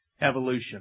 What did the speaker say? evolution